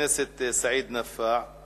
מתן